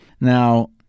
Now